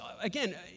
again